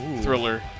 Thriller